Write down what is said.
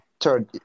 third